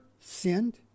sinned